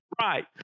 right